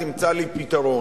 תמצא לי פתרון.